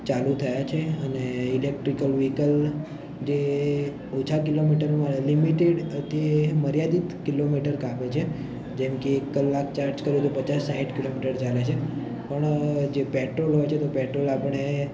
ચાલુ થયાં છે અને ઇલેક્ટ્રિકલ વ્હીકલ જે ઓછા કિલોમીટરમાં લિમિટેડ કે મર્યાદિત કિલોમીટર કાપે છે જેમકે કલાક ચાર્જ કરો તો પચાસ સાઠ કિલોમીટર ચાલે છે પણ જે પેટ્રોલ હોય છે તો પેટ્રોલ આપણે